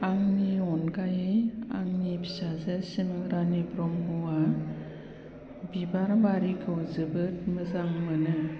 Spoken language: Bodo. आंनि अनगायै आंनि फिसाजो सिमां रानि ब्रह्मआ बिबार बारिखौ जोबोद मोजां मोनो